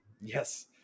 Yes